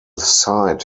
site